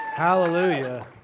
Hallelujah